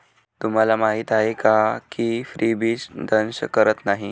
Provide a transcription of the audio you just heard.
तुम्हाला माहीत आहे का की फ्रीबीज दंश करत नाही